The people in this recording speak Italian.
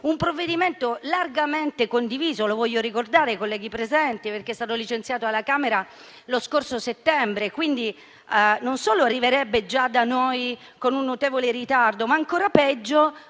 un provvedimento largamente condiviso - lo voglio ricordare ai colleghi presenti - perché è stato licenziato dalla Camera lo scorso settembre. Quindi non solo arriverebbe già da noi con un notevole ritardo, ma, ancora peggio,